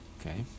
Okay